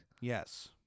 Yes